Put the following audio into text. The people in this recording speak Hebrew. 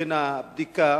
בחינה, בדיקה,